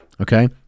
Okay